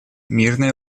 мирное